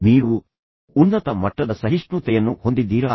ನೀವು ಉನ್ನತ ಮಟ್ಟದ ಸಹಿಷ್ಣುತೆಯನ್ನು ಹೊಂದಿದ್ದೀರಾ